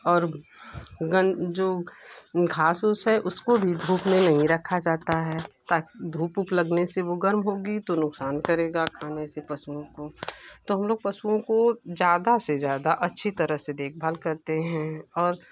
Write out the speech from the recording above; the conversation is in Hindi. और जो घास वास है उसको भी धूप में ही रखा जाता है ताकि धूप उप लगने से वो गरम होगी तो नुकसान करेगा खाने से पशुओं को तो हम लोग पशुओं को ज़्यादा से ज़्यादा अच्छी तरह से देखभाल करते हैं और